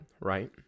right